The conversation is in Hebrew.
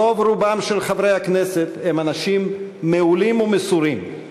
רוב רובם של חברי הכנסת הם אנשים מעולים ומסורים,